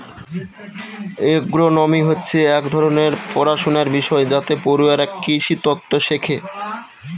agronomy হচ্ছে এক ধরনের পড়াশনার বিষয় যাতে পড়ুয়ারা কৃষিতত্ত্ব শেখে